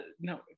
no